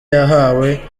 yahawe